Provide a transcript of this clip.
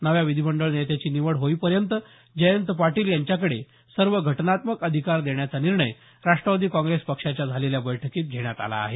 नव्या विधीमंडळ नेत्याची निवड होईपर्यंत जयंत पाटील यांच्याकडे सर्व घटनात्मक अधिकार देण्याचा निर्णय राष्ट्रवादी काँग्रेस पक्षाच्या झालेल्या बैठकीत घेण्यात आला आहे